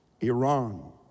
Iran